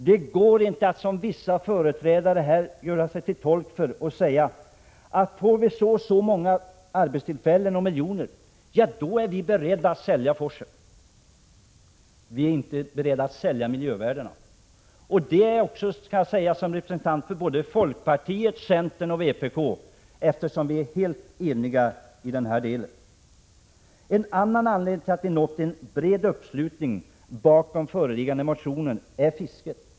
Det går inte att som vissa företrädare här göra sig till tolk för vad man tror också är andras uppfattning och säga att får vi så och så många arbetstillfällen och miljoner kronor, ja då är vi beredda att sälja forsen. Vi är inte beredda att sälja miljövärdena. Det kan jag säga också som representant för folkpartiet, centern och vpk, eftersom vi är helt eniga i denna del. En annan anledning till att vi nått en bred uppslutning bakom föreliggande motioner är fisket.